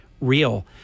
real